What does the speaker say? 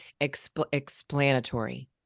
explanatory